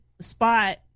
spot